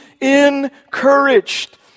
encouraged